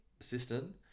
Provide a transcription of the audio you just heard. assistant